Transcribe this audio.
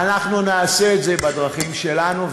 אנחנו נעשה את זה בדרכים שלנו,